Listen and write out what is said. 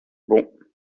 bon